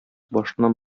башыннан